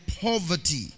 poverty